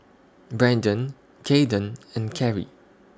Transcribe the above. Brendan Kaeden and Carry